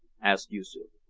asked yoosoof.